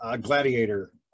Gladiator